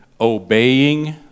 obeying